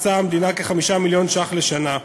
מקצה המדינה כ-5 מיליון ש"ח לשנה.